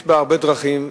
יש הרבה דרכים,